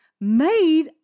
made